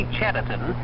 Chatterton